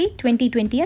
2020